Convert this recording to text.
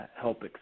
help